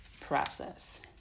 process